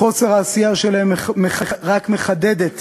חוסר העשייה שלהם רק מחדד את